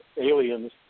aliens